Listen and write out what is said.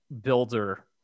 builder